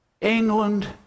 England